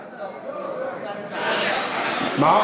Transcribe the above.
מה?